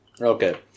okay